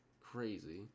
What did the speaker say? Crazy